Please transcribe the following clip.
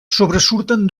sobresurten